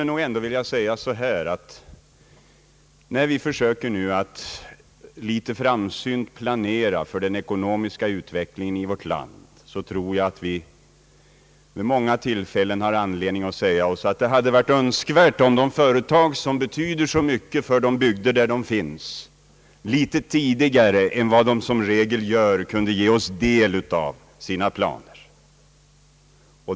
När vi framsynt försöker planera för den ekonomiska utvecklingen i vårt land, tror jag att det vid många tillfällen hade varit önskvärt om företag, som betyder oerhört mycket för de bygder där de finns, litet tidigare än vad de som regel gör kunde ge oss del av sina planer.